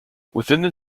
within